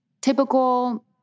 typical